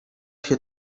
się